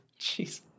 Jeez